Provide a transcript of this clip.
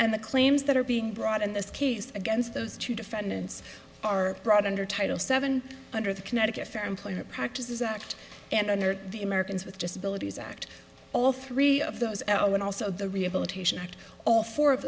and the claims that are being brought in this case against those two defendants are brought under title seven under the connecticut fair employment practices act and under the americans with disabilities act all three of those at all and also the rehabilitation act all four of